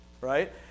right